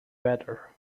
weather